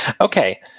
Okay